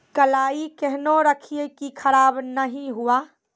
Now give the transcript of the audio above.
कलाई केहनो रखिए की खराब नहीं हुआ?